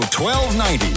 1290